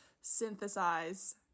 synthesize